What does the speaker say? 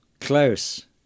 Close